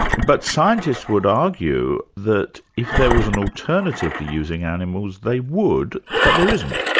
but scientists would argue that if there was an alternative to using animals, they would, but there isn't.